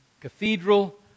cathedral